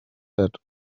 that